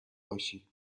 باشی